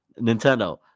Nintendo